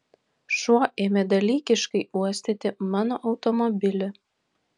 šuo ėmė dalykiškai uostyti mano automobilį